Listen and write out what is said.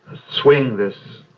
swing this